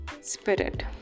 Spirit